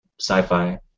sci-fi